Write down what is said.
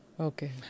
Okay